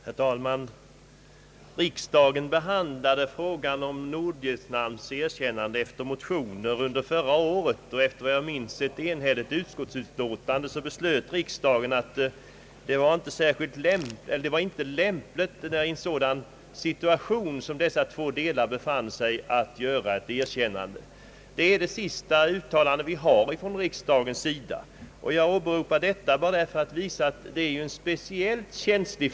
Herr talman! Riksdagen behandlade frågan om Nordvietnams erkännande efter motioner som väckts under förra året. Såvitt jag minns var utskottsutlåtandet enhälligt, och riksdagen beslutade att det inte var lämpligt — i den situation som de två delarna av Vietnam befann sig — att göra ett erkännande. Det är det senaste uttalandet som gjorts av riksdagen, och jag åberopar detta för att visa att denna fråga är speciellt känslig.